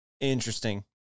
interesting